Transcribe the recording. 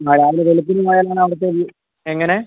എന്നാൽ രാവിലെ വെളുപ്പിന് ആയാൽ അവിടുത്തൊരു എങ്ങനെ